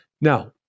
Now